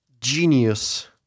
genius